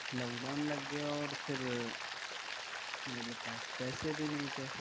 lock down لگ گيا اور پھر ميرے پاس پیسے بھی نہیں تھے